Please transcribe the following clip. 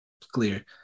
clear